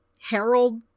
Harold